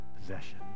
possession